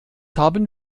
haben